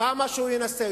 כמה שהוא ינסה,